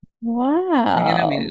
Wow